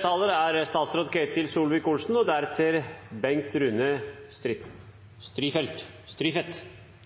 bare minne om at når vi diskuterer etterslep, diskuterer vi altså manglende innsats over mange, mange år. Det er